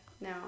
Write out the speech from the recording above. No